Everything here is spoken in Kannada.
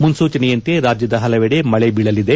ಮುನ್ಸೂಚನೆಯಂತೆ ರಾಜ್ಯದ ಹಲವೆಡೆ ಮಳೆ ಬೀಳಲಿದೆ